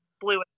blue